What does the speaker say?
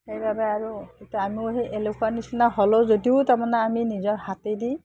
সেইবাবে আৰু এতিয়া আমিও সেই এলেহুৱা নিচিনা হ'লেও যদিও তাৰমানে আমি নিজৰ হাতেদি